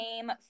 came